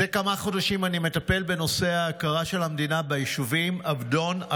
זה כמה חודשים אני מטפל בנושא ההכרה של המדינה ביישובים עבדון,